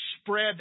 spread